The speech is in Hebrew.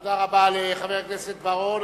תודה רבה לחבר הכנסת בר-און.